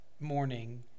morning